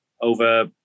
over